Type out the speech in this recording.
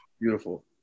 beautiful